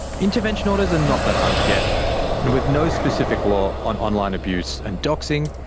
intervention orders are not that hard to get and with no specific law on online abuse and doxing,